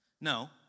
No